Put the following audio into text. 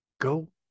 go